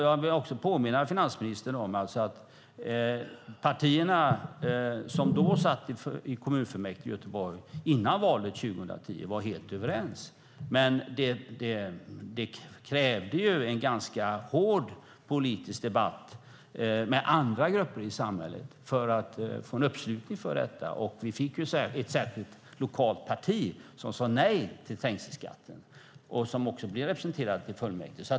Jag vill påminna finansministern om att de partier som satt i kommunfullmäktige i Göteborg före valet 2010 var helt överens. Det krävde dock en ganska hård politisk debatt med andra grupper i samhället för att få en uppslutning för detta. Vi fick ett lokalt parti som sade nej till trängselskatt och också blev representerat i fullmäktige.